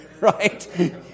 right